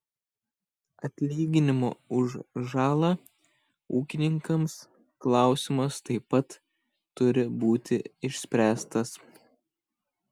atlyginimo už žalą ūkininkams klausimas taip pat turi būti išspręstas